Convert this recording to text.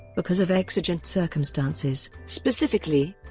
because of exigent circumstances specifically,